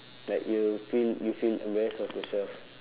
like you have feel you feel embarrass of yourself